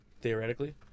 Theoretically